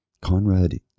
Conrad